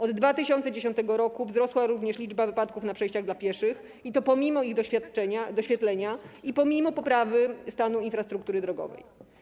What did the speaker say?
Od 2010 r. wzrosła również liczba wypadków na przejściach dla pieszych, i to pomimo ich doświetlenia i pomimo poprawy stanu infrastruktury drogowej.